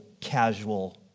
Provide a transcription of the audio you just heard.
casual